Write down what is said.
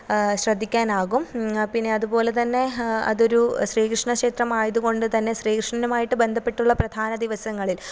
ശ്രദ്ധിക്കാനാകും ആ പിന്നെ അതുപോലെത്തന്നെ അതൊരു ശ്രീകൃഷ്ണ ക്ഷേത്രം ആയതുകൊണ്ട് തന്നെ ശ്രീകൃഷ്ണനുമായിട്ട് ബന്ധപ്പെട്ടുള്ള പ്രധാന ദിവസങ്ങളിൽ